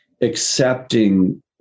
accepting